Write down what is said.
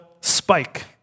spike